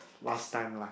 last time lah